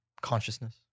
Consciousness